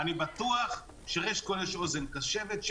אני בטוח שיש אוזן קשבת,